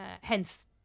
hence